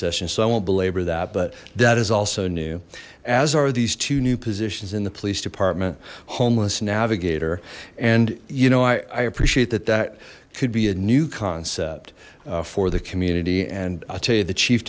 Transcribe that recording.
session so i won't belabor that but that is also new as are these two new positions in the police department homeless navigator and you know i appreciate that that could be a new concept for the community and i'll tell you the chief